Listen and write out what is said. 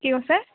কি কৈছে